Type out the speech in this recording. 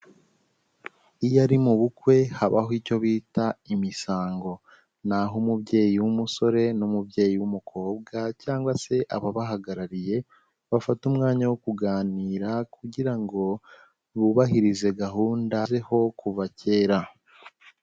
Iyo ari mu bukwe habaho icyo bita imisango. Ni aho umubyeyi w'umusore n'umubyeyi w'umukobwa cyangwa se ababahagarariye bafata umwanya wo kuganira kugira ngo bubahirize gahunda yahozeho kuva kera.